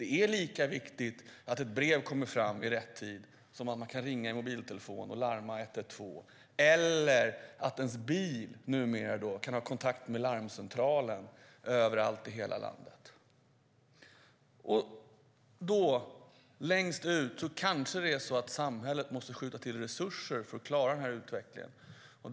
Det är lika viktigt att ett brev kommer fram i rätt tid som att man kan ringa i mobiltelefon och larma 112 eller att ens bil numera kan ha kontakt med larmcentralen överallt i hela landet. Kanske är det så att samhället måste skjuta till resurser för att klara den här utvecklingen.